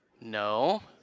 No